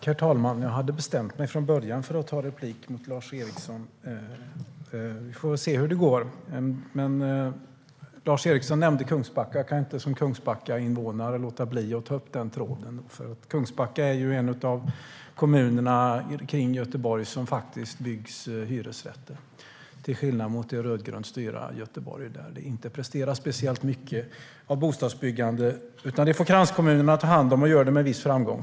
Herr talman! Jag hade bestämt mig från början för att ta replik på Lars Eriksson. Vi får se hur det går. Lars Eriksson nämnde Kungsbacka. Som Kungsbackainvånare kan jag inte låta bli att ta upp den tråden. Kungsbacka är en av de kommuner runt Göteborg där det faktiskt byggs hyresrätter, till skillnad mot i det rödgrönt styrda Göteborg. Där presteras inte särskilt mycket bostadsbyggande. Det får kranskommunerna ta hand om. Och de gör det med viss framgång.